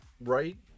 right